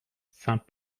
saint